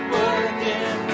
working